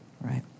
right